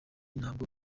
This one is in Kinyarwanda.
ntabwo